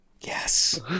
yes